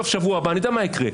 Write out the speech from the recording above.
בשבוע הבא אני יודע מה יקרה,